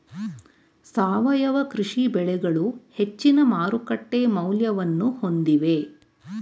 ಸಾವಯವ ಕೃಷಿ ಬೆಳೆಗಳು ಹೆಚ್ಚಿನ ಮಾರುಕಟ್ಟೆ ಮೌಲ್ಯವನ್ನು ಹೊಂದಿವೆ